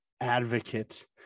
advocate